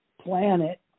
planet